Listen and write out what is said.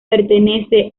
pertenece